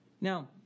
Now